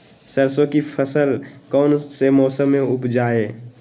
सरसों की फसल कौन से मौसम में उपजाए?